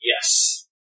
Yes